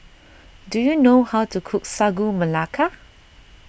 do you know how to cook Sagu Melaka